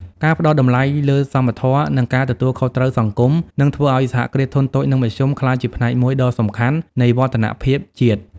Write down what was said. ការផ្ដល់តម្លៃលើសមធម៌ និងការទទួលខុសត្រូវសង្គម នឹងធ្វើឱ្យ សហគ្រាសធុនតូច និងមធ្យម ក្លាយជាផ្នែកមួយដ៏សំខាន់នៃវឌ្ឍនភាពជាតិ។